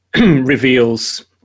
reveals